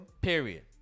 Period